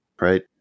Right